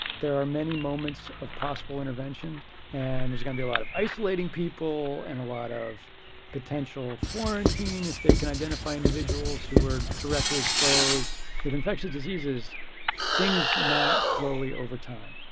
there are many moments of possible intervention and there's gonna be a lot of isolating people and a lot of potential quarantine if they can identify individuals who were directly exposed with infectious diseases things mount slowly over time.